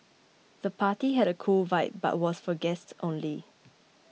the party had a cool vibe but was for guests only